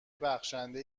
بخشنده